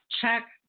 check